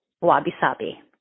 wabi-sabi